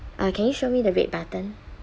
uh can you show me the red button